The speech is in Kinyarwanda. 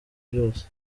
byose